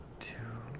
to